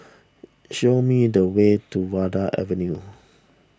show me the way to Vanda Avenue